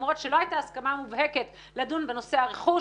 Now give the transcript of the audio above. למרות שלא הייתה הסכמה מובהקת לדון בנושא הרכוש.